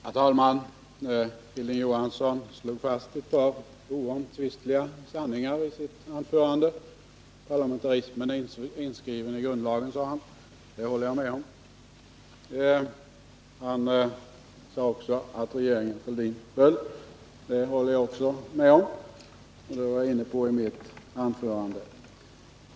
Herr talman! Hilding Johansson slog fast ett par oomtvistliga sanningar i sitt anförande. Parlamentarismen är inskriven i grundlagen, framhöll han. Det håller jag med om. Han sade också att regeringen Fälldin föll. Även det håller jag med om. Det var jag inne på i mitt anförande.